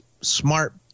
smart